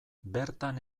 bertan